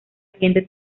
siguiente